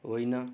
होइन